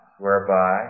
whereby